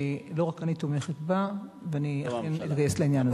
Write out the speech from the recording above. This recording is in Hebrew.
ולא רק אני תומכת בה, ואני אכן אתגייס לעניין הזה.